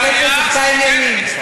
חבר הכנסת חיים ילין.